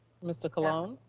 mr. colon.